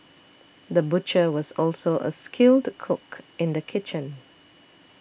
the butcher was also a skilled cook in the kitchen